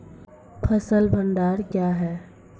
फसल भंडारण क्या हैं?